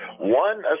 one